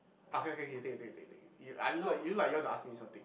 okay okay okay you take you take you take you I look you look like you want to ask me something